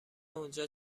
اونجا